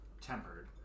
tempered